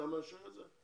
אתה מאשר את זה?